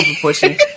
pushing